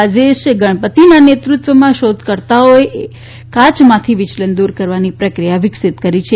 રાજેશ ગણપતિનાં નેતૃત્વમાં શોધકર્તાઓ એ કાયમાંથી વિચલન દૂર કરવાની પ્રક્રિયા વિકસીત કરી છે